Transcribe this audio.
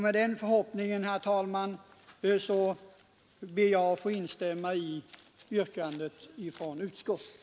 Med den förhoppningen, herr talman, ber jag att få instämma i utskottets hemställan.